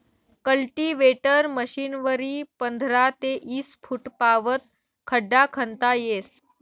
cultivator मशीनवरी पंधरा ते ईस फुटपावत खड्डा खणता येस